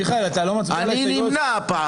מי נמנע?